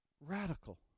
Radical